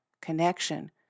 connection